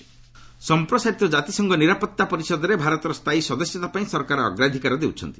LS UNSC ସମ୍ପ୍ରସାରିତ ଜାତିସଂଘ ନିରାପତ୍ତା ପରିଷଦରେ ଭାରତର ସ୍ଥାୟୀ ସଦସ୍ୟତା ପାଇଁ ସରକାର ଅଗ୍ରାଧିକାର ଦେଉଛନ୍ତି